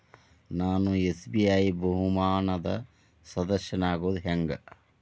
ನಾನು ಎಸ್.ಬಿ.ಐ ಬಹುಮಾನದ್ ಸದಸ್ಯನಾಗೋದ್ ಹೆಂಗ?